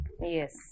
Yes